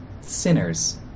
sinners